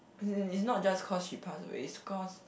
as in it's not just cause she pass away it's cause